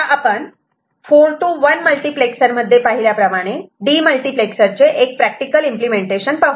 तर आता आपण 4 to 1 मल्टिप्लेक्सरमध्ये पाहिल्याप्रमाणे डीमल्टिप्लेक्सरचे एक प्रॅक्टिकल इम्पलेमेंटेशन पाहू